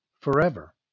forever